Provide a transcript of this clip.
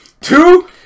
Two